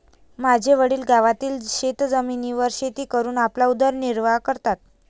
माझे वडील गावातील शेतजमिनीवर शेती करून आपला उदरनिर्वाह करतात